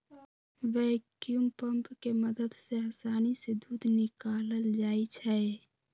vacuum pump के मदद से आसानी से दूध निकाकलल जाइ छै